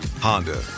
Honda